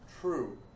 true